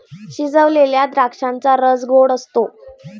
शिजवलेल्या द्राक्षांचा रस गोड असतो